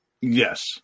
Yes